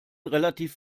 relativ